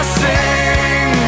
sing